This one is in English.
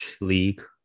league